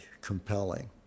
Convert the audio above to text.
compelling